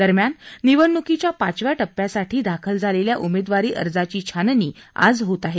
दरम्यान निवडणुकीच्या पाचव्या टप्प्यासाठी दाखल झालेल्या उमेदवारी अर्जांची छाननी आज होणार आहे